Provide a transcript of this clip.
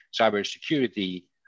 cybersecurity